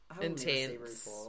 intense